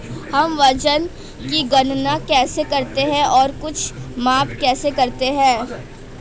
हम वजन की गणना कैसे करते हैं और कुछ माप कैसे करते हैं?